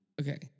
Okay